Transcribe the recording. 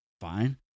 fine